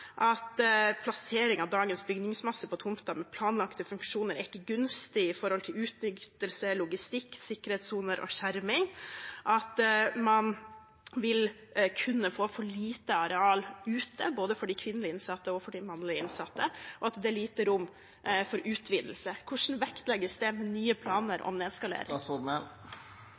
at plasseringen av dagens bygningsmasse på tomta, med planlagte funksjoner, ikke er gunstig i forhold til utnyttelse, logistikk, sikkerhetssoner og skjerming, at man vil kunne få for lite areal ute, både for de kvinnelige innsatte og for de mannlige innsatte, og at det er lite rom for utvidelse. Hvordan vektlegges det ved nye planer om